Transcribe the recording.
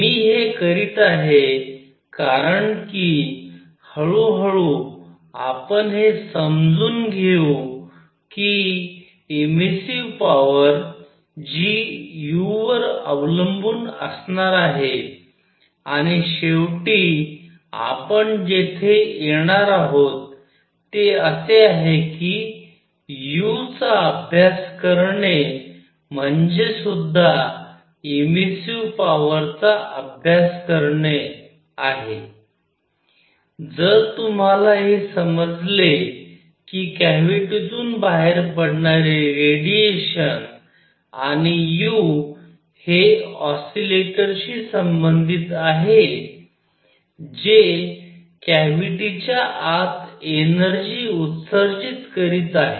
मी हे करीत आहे कारण कि हळूहळू आपण हे समजून घेऊ की इमार्सिव्ह पॉवर जी u वर अवलंबून असणार आहे आणि शेवटी आपण जेथे येणार आहोत ते असे आहे कि u चा अभ्यास करणे म्हणजे सुद्धा इमार्सिव्ह पॉवर चा अभ्यास करणे आहे जर तुम्हाला हे समजले कि कॅव्हिटीतून बाहेर पडणारे रेडिएशन आणि u हे ऑस्सीलेटर शी संबधीत आहे जे कॅव्हिटीच्या आत एनर्जी उत्सर्जित करीत आहे